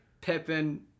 Pippen-